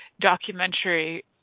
documentary